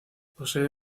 posee